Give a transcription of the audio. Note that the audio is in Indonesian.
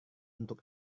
untuk